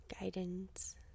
Guidance